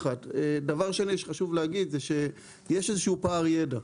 יש איזה שהוא פער ידע.